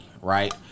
right